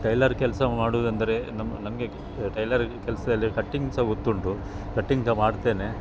tailor ಕೆಲಸ ಮಾಡುವುದಂದರೆ ನಮ್ಮ ನನಗೆ ಟೈಲರ್ ಕೆಲಸದಲ್ಲಿ ಕಟ್ಟಿಂಗ್ ಸಹ ಗೊತ್ತುಂಟು ಕಟ್ಟಿಂಗ್ ಸಹ ಮಾಡ್ತೇನೆ